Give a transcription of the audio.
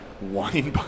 wine